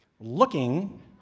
Looking